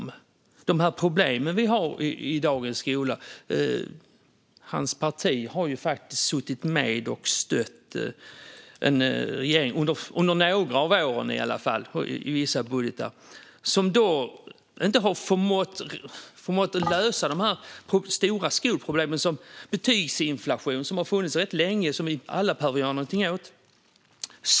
När det gäller problemen som vi har i dagens skola har ledamotens parti faktiskt stött en regering och dess budgetar under några år, en regering som inte har förmått lösa stora skolproblem, till exempel betygsinflation, som har funnits rätt länge och som vi alla behöver göra någonting åt.